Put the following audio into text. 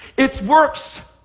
it's works.